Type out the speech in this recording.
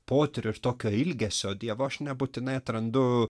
potyrio ir tokio ilgesio dievo aš nebūtinai atrandu